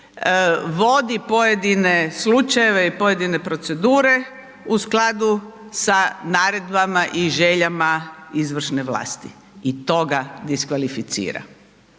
vodi pojedine slučajeve i pojedine procedure u skladu sa naredbama i željama izvršne vlasti. I to ga diskvalificira.